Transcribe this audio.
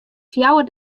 fjouwer